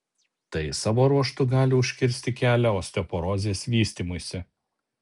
tai savo ruožtu gali užkirsti kelią osteoporozės vystymuisi